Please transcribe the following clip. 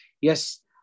yes